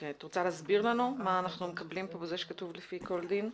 את רוצה להסביר לנו מה אנחנו מקבלים פה בזה שכתוב "לפי כל דין"?